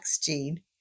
Gene